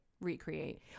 recreate